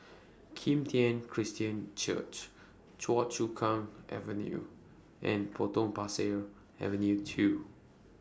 Kim Tian Christian Church Choa Chu Kang Avenue and Potong Pasir Avenue two